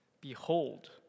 Behold